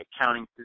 accounting